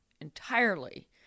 entirely